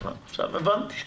עכשיו הבנתי.